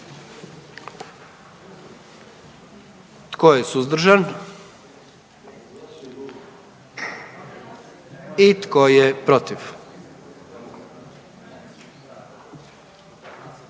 Tko je suzdržan? I tko je protiv?